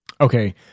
Okay